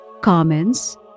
comments